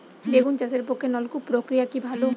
বেগুন চাষের পক্ষে নলকূপ প্রক্রিয়া কি ভালো?